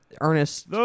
Ernest